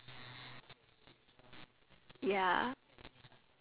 eh it's not fictional I real life okay see me in twenty years I'll save the world